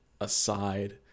aside